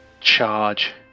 charge